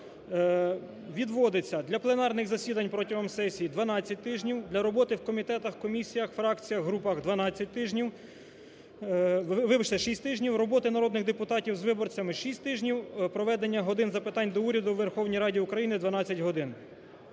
Відводиться для пленарних засідань протягом сесії 12 тижнів, для роботи в комітетах, комісіях, фракціях, групах – 12 тижнів… вибачте, 6 тижнів, роботи народних депутатів з виборцями – 6 тижнів, проведення "годин запитань до Уряду" у Верховній Раді України – 12 годин.